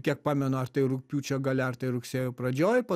kiek pamenu ar tai rugpjūčio gale ar tai rugsėjo pradžioj po